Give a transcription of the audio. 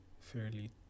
fairly